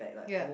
ya